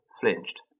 flinched